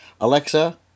Alexa